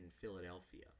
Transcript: Philadelphia